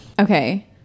okay